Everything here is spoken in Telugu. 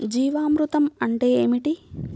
జీవామృతం అంటే ఏమిటి?